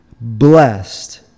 blessed